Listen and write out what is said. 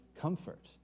comfort